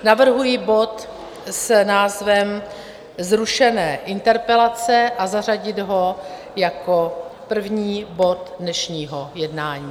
Navrhuji bod s názvem Zrušené interpelace a zařadit ho jako první bod dnešního jednání.